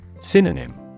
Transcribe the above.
Synonym